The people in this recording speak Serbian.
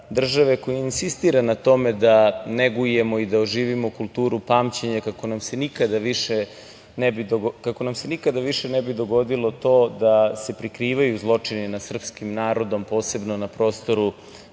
države koji insistira na tome negujemo i da oživimo kulturu pamćenja, kako nam se nikada više ne bi dogodilo to da se prikrivaju zločini nad srpskim narodom, posebno na prostoru